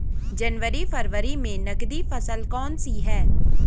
जनवरी फरवरी में नकदी फसल कौनसी है?